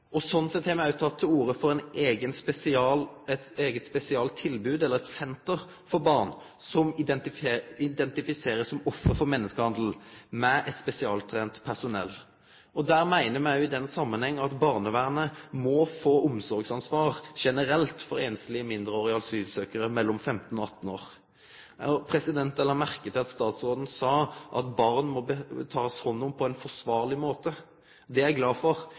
sett har me òg teke til orde for eit eige spesialtilbod, eit senter, for barn, som ein identifiserer som offer for menneskehandel, med spesialtrena personell. Me meiner i den samanhengen at barnevernet generelt må få omsorgsansvar for einslege mindreårige asylsøkjarar mellom 15 og 18 år. Eg la merke til at statsråden sa at ein må ta hand om barn på ein forsvarleg måte. Det er eg glad for.